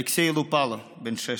אלכסיי לופאלו, בן 16,